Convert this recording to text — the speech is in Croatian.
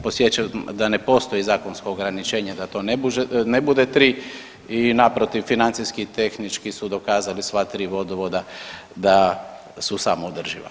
Podsjećam da ne postoji zakonsko ograničenje da to ne bude 3 i naprotiv financijski i tehnički su dokazali sva 3 vodovoda da su samoodrživa.